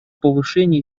повышению